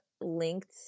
linked